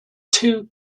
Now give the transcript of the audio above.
two